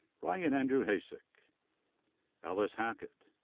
ryan-andrew hacek, alice hackett,